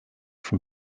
from